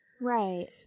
Right